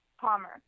Palmer